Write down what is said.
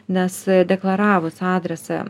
nes deklaravus adresą